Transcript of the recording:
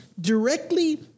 directly